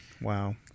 Wow